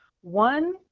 one